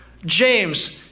James